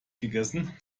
gegessen